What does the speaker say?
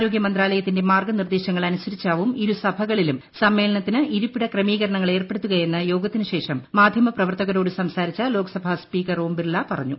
ആരോഗൃമന്ത്രാലയത്തിന്റെ മാർഗ്ഗനിർദ്ദേശങ്ങൾ അനുസരിച്ചാവും ഇരുസഭകളിലും സമ്മേള്നത്തിന് ഇരിപ്പിട ക്രമീകരണങ്ങൾ ഏർപ്പെടുത്തുകയെന്ന് യ്യോഗത്തിനുശേഷം മാധ്യമ പ്രവർത്തകരോട് സംസാരിച്ച ലോക്സഭാ സ്പീക്കർ ഓം ബിർള പറഞ്ഞു